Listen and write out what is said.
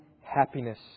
happiness